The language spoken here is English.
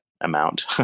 amount